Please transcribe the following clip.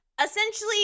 essentially